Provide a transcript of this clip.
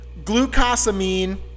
glucosamine